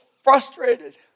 frustrated